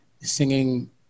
singing